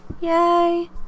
Yay